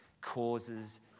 causes